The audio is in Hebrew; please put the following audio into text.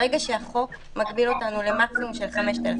ברגע שהחוק מגביל אותנו למקסימום של 5,000,